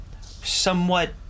somewhat